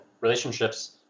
relationships